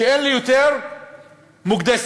שאין לי יותר מוקדי סיכון?